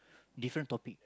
different topic